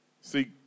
See